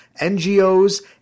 ngos